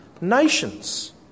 nations